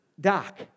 Doc